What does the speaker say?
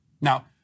Now